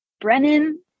brennan